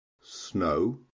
snow